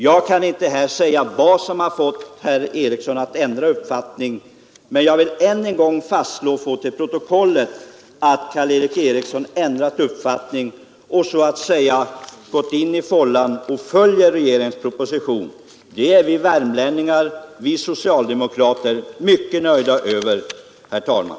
Jag kan inte säga vad som har fått herr Eriksson att ändra uppfattning, men jag vill ännu en gång få antecknat till protokollet att Karl Erik Eriksson ändrat uppfattning och så att säga gått in i fållan och nu stöder regeringens proposition. Det är vi socialdemokrater i Värmland mycket nöjda med, herr talman.